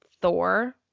Thor